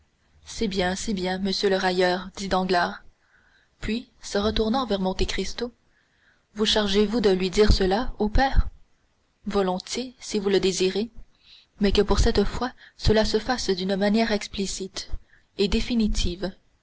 c'est bien c'est bien monsieur le railleur dit danglars puis se retournant vers monte cristo vous chargez-vous de lui dire cela au père volontiers si vous le désirez mais que pour cette fois cela se fasse d'une manière explicite et définitive